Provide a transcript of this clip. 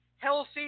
healthy